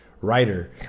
writer